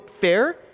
fair